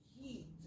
heat